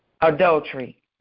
Adultery